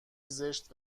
زشت